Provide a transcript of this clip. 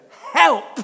Help